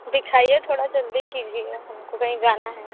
दिखाइए थोड़ा जल्दी कीजिए हमको कहीं जाना है